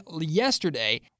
yesterday